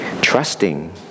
trusting